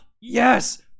yes